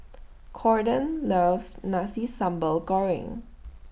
Cordell loves Nasi Sambal Goreng